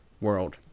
world